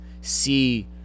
see